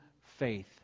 faith